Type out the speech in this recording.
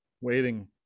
waiting